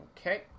Okay